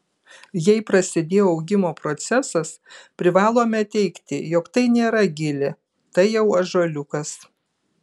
jei prasidėjo augimo procesas privalome teigti jog tai nėra gilė tai jau ąžuoliukas